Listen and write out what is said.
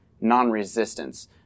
non-resistance